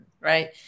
right